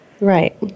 Right